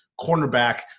cornerback